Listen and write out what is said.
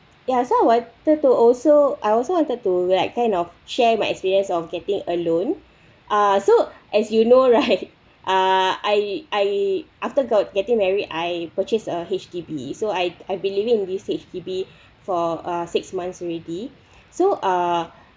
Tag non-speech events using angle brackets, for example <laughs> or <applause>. ya so wanted to also I also wanted to like kind of share my experience of getting a loan uh so as you know right <laughs> uh I I after got getting married I purchased a H_D_B so I I've been living in this H_D_B for err six months already so err